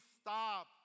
stop